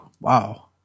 wow